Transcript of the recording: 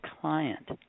client